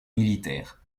militaires